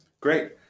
Great